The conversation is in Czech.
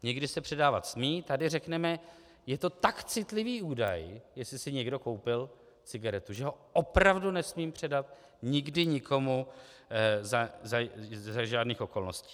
Někdy se předávat smí, tady řekneme: Je to tak citlivý údaj, jestli si někdo koupil cigaretu, že ho opravdu nesmím předat nikdy nikomu za žádných okolností.